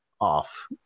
off